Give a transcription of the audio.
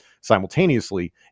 simultaneously